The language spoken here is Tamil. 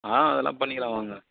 ஆ அதெல்லாம் பண்ணிக்கலாம் வாங்க